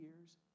years